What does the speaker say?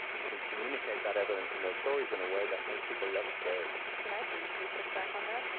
you can communicate that evidence and those stories in a way that makes people less scared. can i briefly push back on that?